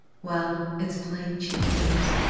well, it's plain she cares,